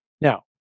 Now